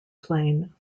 plane